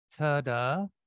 Tada